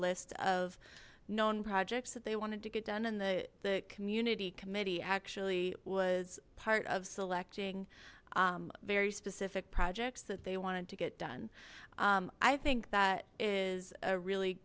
list of known projects that they wanted to get done in the community committee actually was part of selecting very specific projects that they wanted to get done i think that is a really